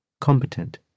competent